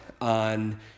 on